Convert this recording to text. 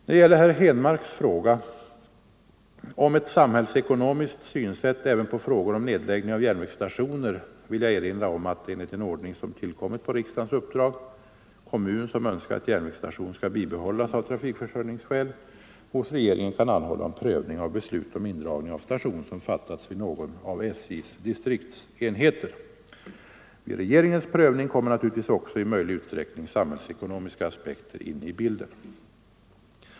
När det gäller herr Henmarks fråga om en samhällsekonomisk syn även på frågor om nedläggning av järnvägsstationer vill jag erinra om att — enligt en ordning som tillkommit på riksdagens uppdrag - kommun, som önskar att järnvägsstation skall bibehållas av trafikförsörjningsskäl, hos regeringen kan anhålla om prövning av beslut om indragning av 65 station som fattats vid någon av SJ:s distriktsenheter. Vid regeringens prövning kommer naturligtvis också i möjlig utsträckning samhällsekonomiska aspekter in i bilden.